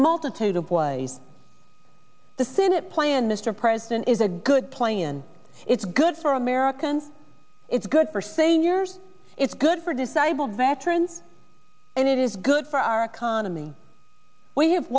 multitude of ways the senate plan mr president is a good plan it's good for americans it's good for sane years it's good for disabled veterans and it is good for our economy we have